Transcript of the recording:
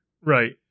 Right